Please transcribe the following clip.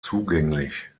zugänglich